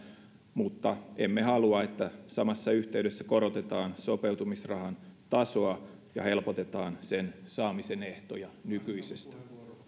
mutta emme halua että samassa yhteydessä korotetaan sopeutumisrahan tasoa ja helpotetaan sen saamisen ehtoja nykyisestä